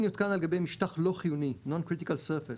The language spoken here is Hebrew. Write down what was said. יותקן על גבי משטח לא חיוני (non-critical surface),